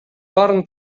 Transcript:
баарын